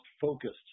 focused